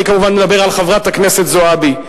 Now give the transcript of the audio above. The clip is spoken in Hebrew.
אני כמובן מדבר על חברת הכנסת זועבי.